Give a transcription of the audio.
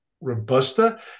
robusta